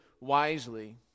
wisely